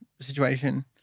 situation